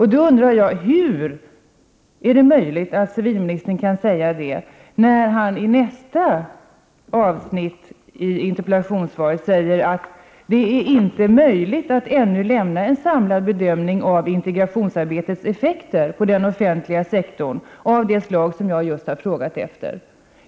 Hur är det möjligt att civilministern kan säga detta, när han i nästa avsnitt i interpellationssvaret säger att det ännu inte är möjligt att lämna en samlad bedömning av integrationsarbetets effekter på den offentliga sektorn, av det slag som jag har frågat efter?